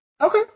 Okay